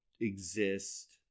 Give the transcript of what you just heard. exist